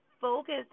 focus